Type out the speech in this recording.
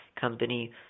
company